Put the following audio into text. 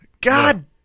God